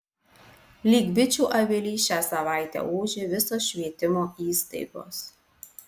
lyg bičių avilys šią savaitę ūžė visos švietimo įstaigos